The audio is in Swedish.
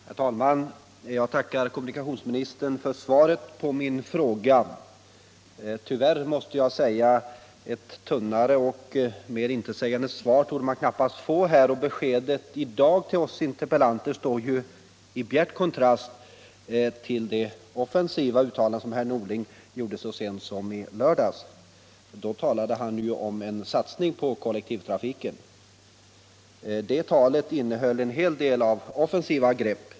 Herr talman! Jag tackar kommunikationsministern för svaret på min fråga. Tyvärr måste jag säga: Ett tunnare och mer intetsägande svar torde man knappast kunna få här. Beskedet i dag till oss interpellanter står i bjärt kontrast till de offensiva uttalanden som herr Norling gjorde så sent som i lördags. Då talade han om en satsning på kollektivtrafiken. Det talet innehöll en hel del av offensiva grepp.